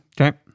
Okay